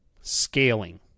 scaling